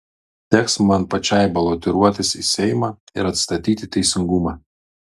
teks man pačiai balotiruotis į seimą ir atstatyti teisingumą